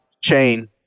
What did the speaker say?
chain